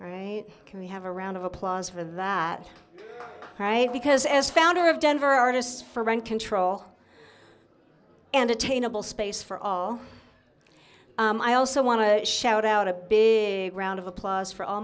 humane we have a round of applause for that right because as founder of denver artists for rent control and attainable space for all i also want to shout out a big round of applause for all